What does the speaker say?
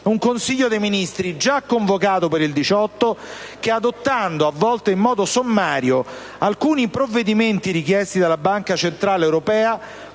un Consiglio dei ministri già convocato per il 18 agosto che, adottando, a volte in modo sommario, alcuni provvedimenti richiesti dalla Banca centrale europea,